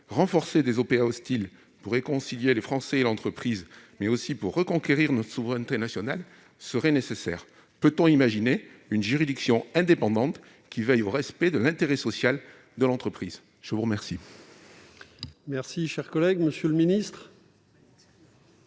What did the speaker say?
non seulement pour réconcilier les Français et l'entreprise, mais aussi pour reconquérir notre souveraineté nationale ? Peut-on imaginer une juridiction indépendante qui veille au respect de l'intérêt social de l'entreprise ? La parole